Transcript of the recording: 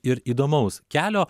ir įdomaus kelio